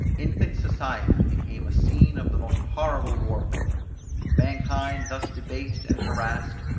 infant society became a scene of the most horrible warfare mankind thus debased and harassed,